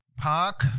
park